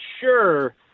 sure